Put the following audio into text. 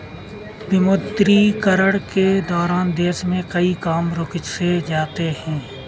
विमुद्रीकरण के दौरान देश में कई काम रुक से जाते हैं